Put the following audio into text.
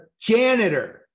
janitor